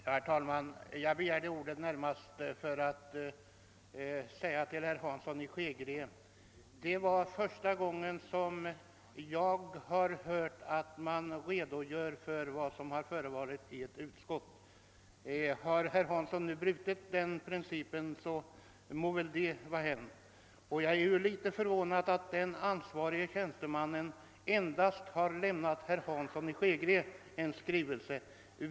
Herr talman! Jag begärde ordet för att säga till herr Hansson i Skegrie att detta är första gången som jag har hört någon redogöra för vad som förevarit i ett utskott. Herr Hansson har nu brutit principen att man inte gör det, och det må väl vara hänt. Jag är något förvånad över att den ansvarige tjänstemannen lämnat en skrivelse bara till herr Hansson i Skegrie.